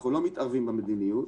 אנחנו לא מתערבים במדיניות.